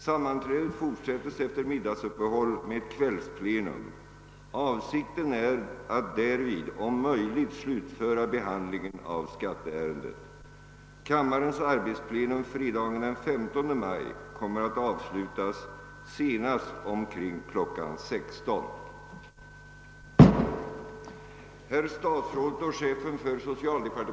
Sammanträdet fortsättes efter middagsuppehåll med ett kvällsplenum. Avsikten är att därvid om möjligt slutföra behandlingen av skatteärendet. Kammarens arbetsplenum fredagen den 15 maj kommer att avslutas senast omkring kl. 16.00.